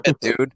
dude